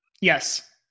Yes